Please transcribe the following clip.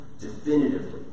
definitively